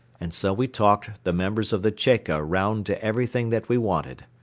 and so we talked the members of the cheka round to everything that we wanted.